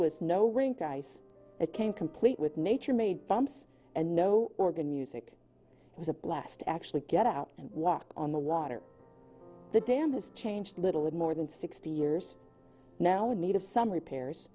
was no rink ice it came complete with nature made bombs and no organ music was a blast actually get out and walk on the water the dam has changed a little bit more than sixty years now in need of some repairs